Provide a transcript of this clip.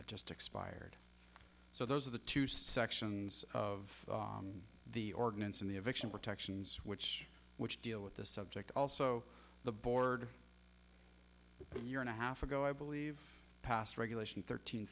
that just expired so those are the two sections of the ordinance and the eviction protections which which deal with the subject also the board of the year and a half ago i believe passed regulation thirteen